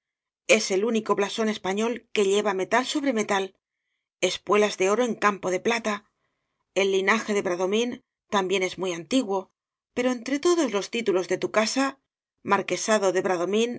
es el único blasón español que lleva metal sobre metal espuelas de oro en campo de plata el linaje de bradomín también es muy antiguo pero entre todos los títulos de tu casa marquesado de